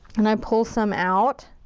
and i pull some out.